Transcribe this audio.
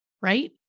right